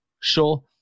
sure